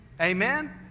Amen